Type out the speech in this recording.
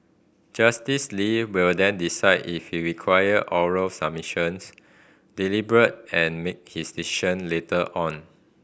Justice Lee will then decide if he require oral submissions deliberate and make his decision later on